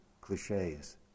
cliches